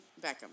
Beckham